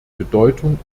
bedeutung